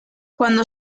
cuando